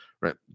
right